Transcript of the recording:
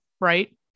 right